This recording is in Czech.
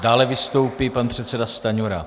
Dále vystoupí pan předseda Stanjura.